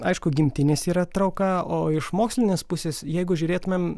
aišku gimtinės yra trauka o iš mokslinės pusės jeigu žiūrėtumėm